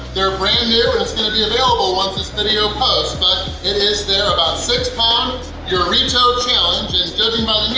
they're brand new, and it's going to be available once this video posts, but it is there, about six pounds. your retail challenge is, judging by